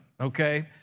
okay